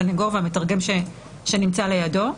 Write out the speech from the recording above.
הסנגור והמתרגם שנמצא לידו.